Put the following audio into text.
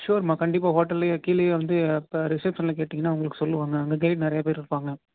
ஷூயுர்ம்மா கண்டிப்பாக ஹோட்டல்லேயே கீழேயே வந்து ம் ரிசப்ஷனில் கேட்டீங்கன்னால் உங்களுக்கு சொல்லுவாங்க அங்கே கைடு நிறையா பேர் இருப்பாங்க